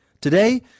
Today